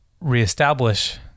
reestablish